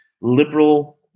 liberal